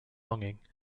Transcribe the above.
longing